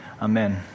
Amen